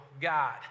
God